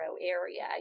area